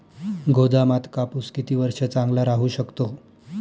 गोदामात कापूस किती वर्ष चांगला राहू शकतो?